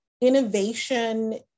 Innovation